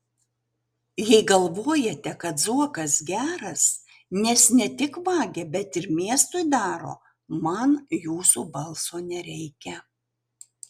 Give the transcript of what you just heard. jei galvojate kad zuokas geras nes ne tik vagia bet ir miestui daro man jūsų balso nereikia